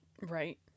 Right